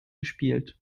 gespielt